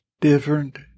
different